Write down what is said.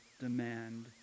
demand